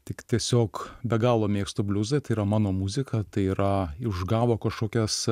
tik tiesiog be galo mėgstu bliuzą tai yra mano muzika tai yra išgavo kažkokias